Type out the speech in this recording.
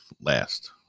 last